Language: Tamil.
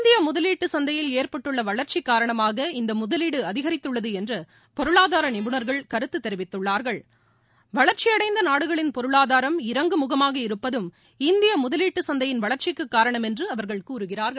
இந்தியமுதலீட்டுசந்தையில் ஏற்பட்டுள்ளவளர்ச்சிகாரணமாக இந்தமுதலீடுஅதிகரித்துள்ளதுஎன்றுபொருளாதாரநிபுணர்கள் கருத்துதெரிவித்துள்ளார்கள் வளர்ச்சியடைந்தநாடுகளின் பொருளாதாரம் இறங்குமுகமாக இருப்பதும் இந்தியமுதலீட்டுசந்தையின் வளர்ச்சிக்குகாரணம் என்றுஅவர்கள் கூறுகிறார்கள்